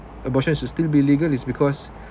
abortion should still be legal is because